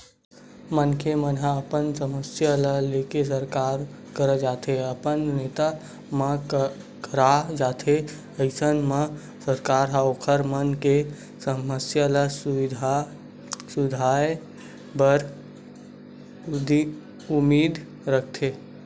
मनखे मन ह अपन समस्या ल लेके सरकार करा जाथे अपन नेता मन करा जाथे अइसन म सरकार ह ओखर मन के समस्या ल सुलझाय बर उदीम करथे